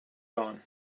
dawn